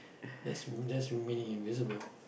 that's r~ that's remaining invisible